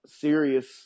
Serious